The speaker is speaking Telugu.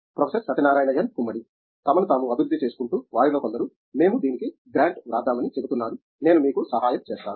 ప్రొఫెసర్ సత్యనారాయణ ఎన్ గుమ్మడి తమను తాము అభివృద్ధి చేసుకుంటూ వారిలో కొందరు మేము దీనికి గ్రాంట్ వ్రాద్దామని చెబుతున్నారు నేను మీకు సహాయం చేస్తాను